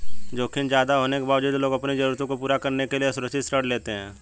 जोखिम ज्यादा होने के बावजूद लोग अपनी जरूरतों को पूरा करने के लिए असुरक्षित ऋण लेते हैं